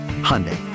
Hyundai